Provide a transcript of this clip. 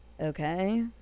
okay